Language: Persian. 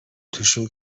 توشون